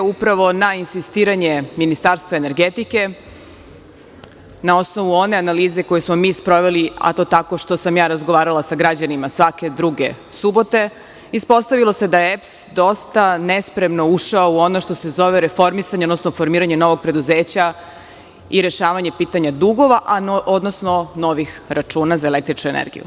Upravo na insistiranje Ministarstva energetike, na osnovu one analize koju smo mi sproveli tako što sam razgovarala sa građanima svake druge subote, ispostavilo se da je EPS dosta nespremno ušao u ono što se zove reformisanje, odnosno formiranje novog preduzeća i rešavanje pitanja dugova, odnosno novih računa za električnu energiju.